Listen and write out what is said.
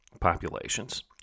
populations